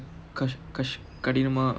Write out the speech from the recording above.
கஸ்~ கஸ்~ கடினமா:kas~ kas~ kadinamaa